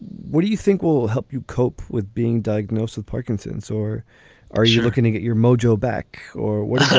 what do you think will will help you cope with being diagnosed with parkinson's or are you looking to get your mojo back or what